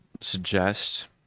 suggest